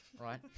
Right